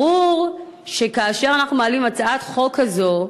ברור שכאשר אנחנו מעלים הצעת חוק כזו,